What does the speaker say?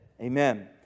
amen